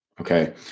Okay